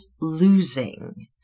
losing